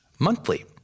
monthly